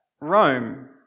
Rome